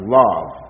love